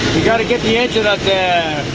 we got to get the engine that the